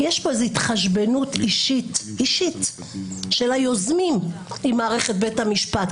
כי יש פה איזו התחשבנות אישית אישית של היוזמים עם מערכת בית המשפט,